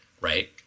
right